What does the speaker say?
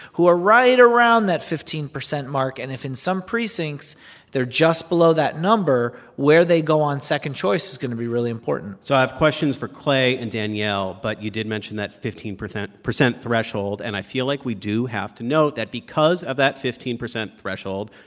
who are right around that fifteen percent mark. and if in some precincts they're just below that number, where they go on second choice is going to be really important so i have questions for clay and danielle. but you did mention that fifteen percent percent threshold, and i feel like we do have to note that because of that fifteen percent threshold,